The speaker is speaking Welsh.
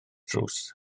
drws